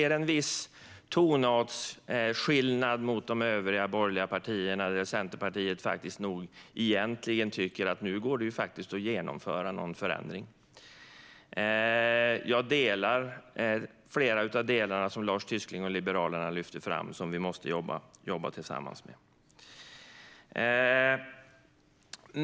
Jag hör en viss tonartsskillnad hos de övriga borgerliga partierna. Centerpartiet tycker nog egentligen att det nu går att genomföra en förändring. Jag håller med om en hel del av det som Liberalernas Lars Tysklind lyfter fram och som vi måste jobba tillsammans med.